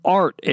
art